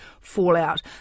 fallout